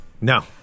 no